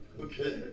Okay